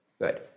Good